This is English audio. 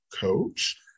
coach